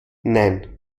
nein